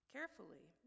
Carefully